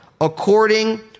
according